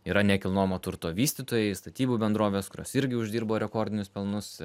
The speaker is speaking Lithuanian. yra nekilnojamo turto vystytojai statybų bendrovės kurios irgi uždirbo rekordinius pelnus